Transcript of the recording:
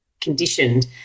conditioned